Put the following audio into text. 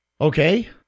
Okay